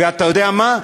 ואתה יודע מה,